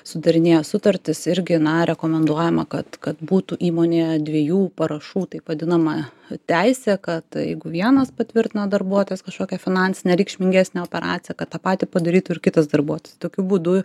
sudarinėja sutartis irgi na rekomenduojama kad kad būtų įmonėje dviejų parašų taip vadinama teisė kad jeigu vienas patvirtino darbuotojas kažkokią finansinę reikšmingesnę operaciją kad tą patį padarytų ir kitas darbuotojas tokiu būdu